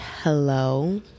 hello